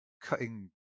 cutting